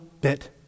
bit